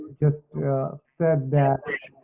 just said that